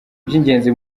by’ingenzi